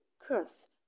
curse